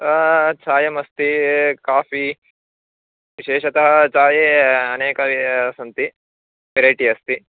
चायमस्ति coffee विशेषतः चाये अनेके सन्ति वेरैटि अस्ति